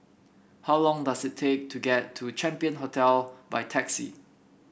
how long does it take to get to Champion Hotel by taxi